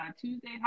tuesday